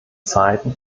zeiten